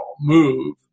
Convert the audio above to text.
move